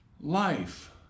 life